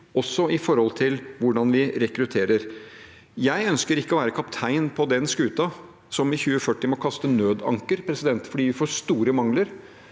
også med hensyn til hvordan vi rekrutterer. Jeg ønsker ikke å være kaptein på den skuta som i 2040 må kaste nødanker fordi vi får store mangler.